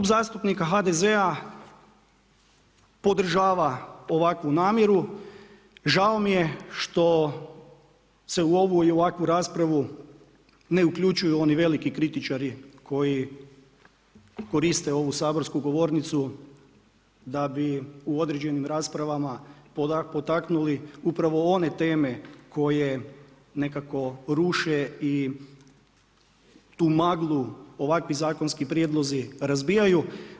Klub zastupnika HDZ-a podržava ovakvu namjeru, žao mi je što se u ovakvu raspravu ne uključuju oni veliki kritičari koji koriste ovu saborsku govornicu da bi u određenim raspravama potaknuli upravo one teme koje nekako ruše i tu maglu ovakvi zakonski prijedlozi razbijaju.